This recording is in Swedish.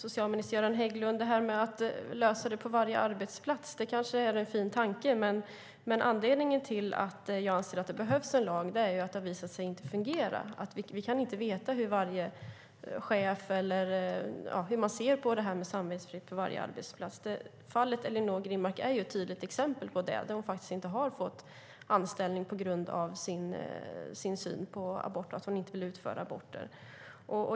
Herr talman! Detta med att lösa det på varje arbetsplats är kanske en fin tanke, men anledningen till att jag anser att det behövs en lag är ju att detta har visat sig inte fungera. Vi kan inte veta hur man ser på detta med samvetsfrihet på varje arbetsplats. Fallet Ellinor Grimmark är ett tydligt exempel på det. Hon har ju inte fått anställning just på grund av sin syn på abort och att hon inte vill utföra aborter.